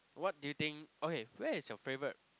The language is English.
what do you think okay where is your favourite